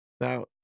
Now